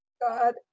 god